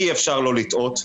אי-אפשר לא לטעות,